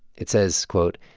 it says, quote,